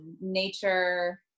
nature